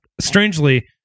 Strangely